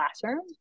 classroom